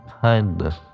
kindness